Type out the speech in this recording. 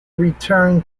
return